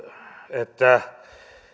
että